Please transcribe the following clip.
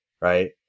right